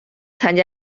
参加